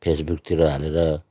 फेसबुकतिर हालेर